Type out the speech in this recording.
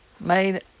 made